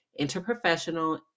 interprofessional